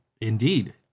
Indeed